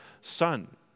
son